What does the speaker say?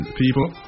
people